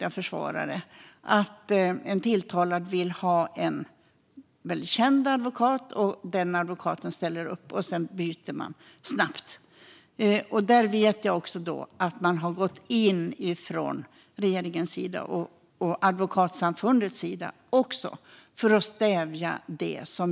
Det här kanske också förekommer på målsägandesidan, men det har uppmärksammats framför allt när det gäller offentliga försvarare. Jag vet att man har gått in från regeringens och även från Advokatsamfundets sida för att stävja detta.